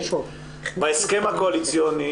בהסכם הקואליציוני,